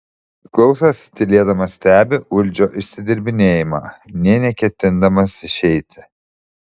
klausas tylėdamas stebi uldžio išsidirbinėjimą nė neketindamas išeiti